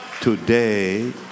today